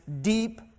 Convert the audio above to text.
deep